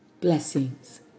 Blessings